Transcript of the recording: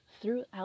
throughout